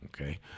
okay